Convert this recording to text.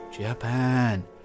Japan